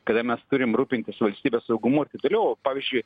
kada mes turim rūpintis valstybės saugumu ir taip toliau pavyzdžiui